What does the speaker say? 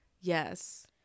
Yes